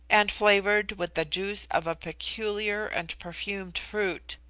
and flavoured with the juice of a peculiar and perfumed fruit,